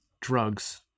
drugs